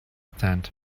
stand